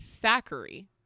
Thackeray